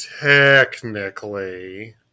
technically